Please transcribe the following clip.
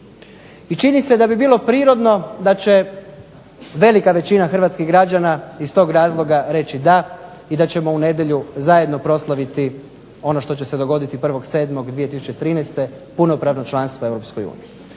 I čini se da bi bilo prirodno da će velika većina hrvatskih građana iz toga razloga reći da i da ćemo u nedjelju zajedno proslaviti ono što će se dogoditi 1.7.2013. puno pravno članstvo u EU.